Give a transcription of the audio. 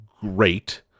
great